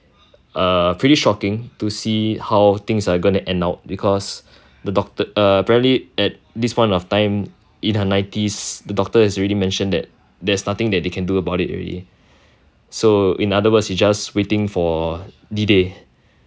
err pretty shocking to see how things are going to end up because the docto~ uh apparently at this point of time in her nineties the doctor has already mentioned that there's nothing that they can do about it already so in other words it's just waiting for D day